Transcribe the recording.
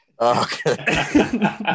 okay